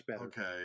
okay